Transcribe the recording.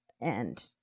and-